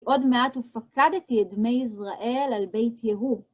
עוד מעט ופקדתי את דמי יזרעאל על בית יהוא